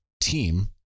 team